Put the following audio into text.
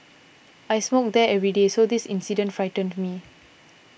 I smoke there every day so this incident frightened me